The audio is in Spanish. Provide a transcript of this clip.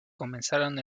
comenzaron